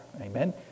amen